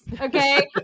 okay